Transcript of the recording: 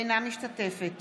אינה משתתפת